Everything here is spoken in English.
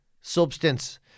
Substance